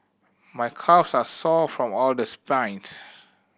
my calves are sore from all the